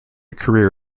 career